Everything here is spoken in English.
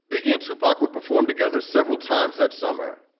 begin to parkwood, perform together several times that summer,